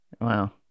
Wow